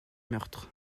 meurtres